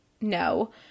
no